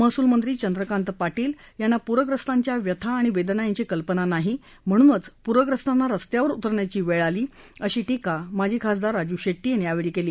महसूलमंत्री चंद्रकांत दादा पाटील यांना प्रग्रस्तांच्या व्यथा आणि वेदना याची कल्पना नाही म्हणूनच पूरग्रस्तांना रस्त्यावर उतरण्याची वेळ आली अशी टीका माजी खासदार राजू शेट्टी यांनी केली